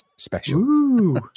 special